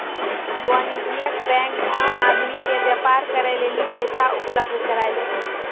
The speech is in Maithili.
वाणिज्यिक बेंक आम आदमी के व्यापार करे लेली पैसा उपलब्ध कराय छै